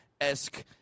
esque